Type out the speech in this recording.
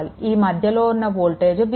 ఈ మధ్యలో ఉన్న వోల్టేజ్ v2